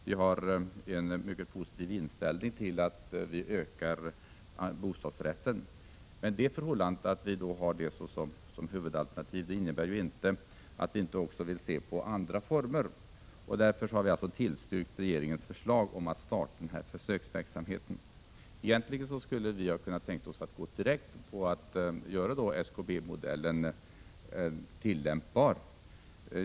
Vi har en mycket positiv inställning till att öka antalet bostadsrätter. Men det förhållandet att vi har det som huvudalternativ innebär inte att vi inte också vill se på andra former. Därför har vi tillstyrkt regeringens förslag om att starta en försöksverksamhet. Vi hade kunnat tänka oss att direkt göra SKB-modellen tillämpbar — utan försöksverksamhet.